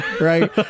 right